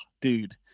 dude